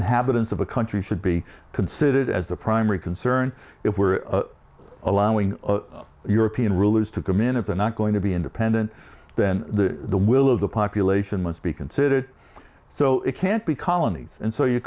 inhabitants of a country should be considered as the primary concern if we're allowing european rulers to come in at the not going to be independent then the will of the population must be considered so it can't be colonies and so you